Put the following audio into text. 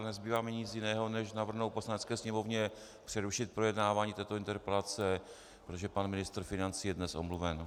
Nezbývá mi nic jiného než navrhnout Poslanecké sněmovně přerušit projednávání této interpelace, protože pan ministr financí je dnes omluven.